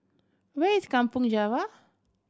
where is Kampong Java